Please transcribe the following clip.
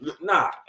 nah